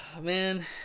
Man